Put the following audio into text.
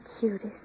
cutest